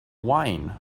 wine